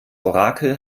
orakel